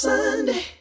Sunday